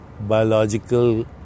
biological